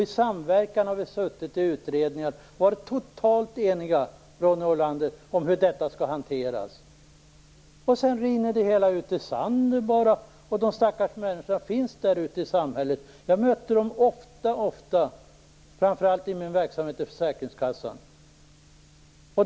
I samverkan har vi suttit i utredningar och varit totalt eniga, Ronny Olander, om hur detta skall hanteras. Sedan rinner det hela ut i sanden och de stackars människorna finns ute i samhället. Jag möter dem ofta, framför allt i min verksamhet i försäkringskassan.